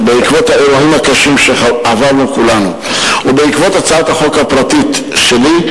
בעקבות האירועים הקשים שעברנו כולנו ובעקבות הצעת החוק הפרטית שלי,